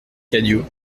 cadio